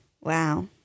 Wow